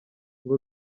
ngo